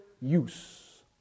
use